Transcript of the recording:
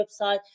website